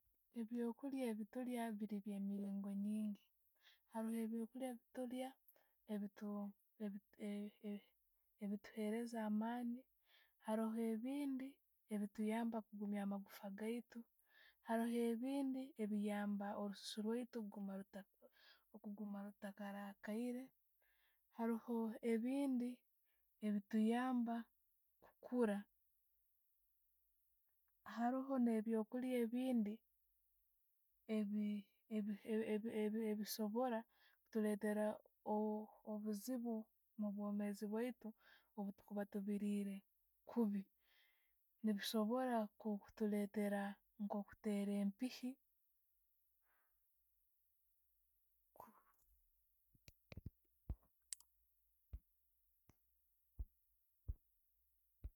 Ebyo'kulya byetulya biiri byemiriigo nyiingi. Haroho ebyo'kulya byetulya ebito ebi- ebituheereza amaani haroho ebindi ebituyamba kugumya amagufagaitu, haro ebindi nebiyamba orususu lwaitu kuguma luta okuguma lutaragakaire, haroho ebindi ebituyamba kukura. Haroho ne'byokulya ebindi ebi- ebi- ebisobora tuletera obuzibu omubwomeezi bwaitu obutukuba tubilire kubi, ne bisoboora nko kutuleeretera nkokuteera empiihi.